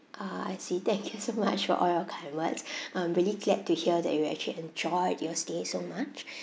ah I see thank you so much for all your kind words I'm really glad to hear that you actually enjoyed your stay so much